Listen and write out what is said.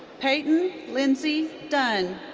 peyton lindsey dunn.